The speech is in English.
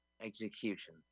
execution